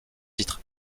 titre